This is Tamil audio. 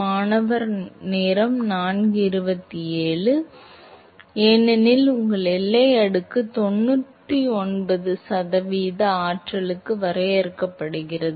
மாணவர் இல்லை ஆனால் அது ஏனெனில் உங்கள் எல்லை அடுக்கு 99 சதவீத ஆற்றலாக வரையறுக்கப்பட்டுள்ளது